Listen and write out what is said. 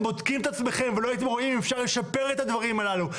בודקים את עצמכם ולא הייתם רואים אם אפשר לשפר את הדברים הללו,